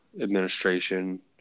administration